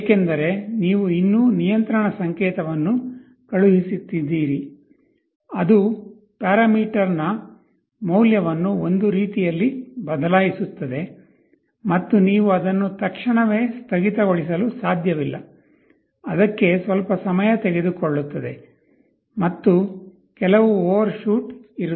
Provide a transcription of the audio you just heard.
ಏಕೆಂದರೆ ನೀವು ಇನ್ನೂ ನಿಯಂತ್ರಣ ಸಂಕೇತವನ್ನು ಕಳುಹಿಸುತ್ತಿದ್ದೀರಿ ಅದು ಪ್ಯಾರಾಮೀಟರ್ ನ ಮೌಲ್ಯವನ್ನು ಒಂದು ರೀತಿಯಲ್ಲಿ ಬದಲಾಯಿಸುತ್ತದೆ ಮತ್ತು ನೀವು ಅದನ್ನು ತಕ್ಷಣವೇ ಸ್ಥಗಿತಗೊಳಿಸಲು ಸಾಧ್ಯವಿಲ್ಲ ಅದಕ್ಕೆ ಸ್ವಲ್ಪ ಸಮಯ ತೆಗೆದುಕೊಳ್ಳುತ್ತದೆ ಮತ್ತು ಕೆಲವು ಓವರ್ಶೂಟ್ ಇರುತ್ತದೆ